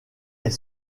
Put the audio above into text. est